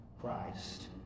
Christ